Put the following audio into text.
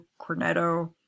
Cornetto